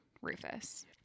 rufus